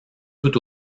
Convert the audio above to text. tout